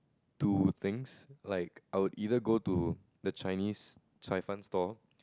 two things like I would either go to the Chinese 菜贩: cai fan stall